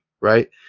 right